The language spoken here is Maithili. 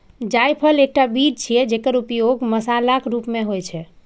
जायफल एकटा बीज छियै, जेकर उपयोग मसालाक रूप मे होइ छै